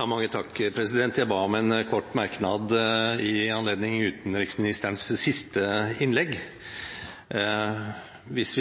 Mange takk. Jeg ba om en kort merknad i anledning utenriksministerens siste innlegg. Hvis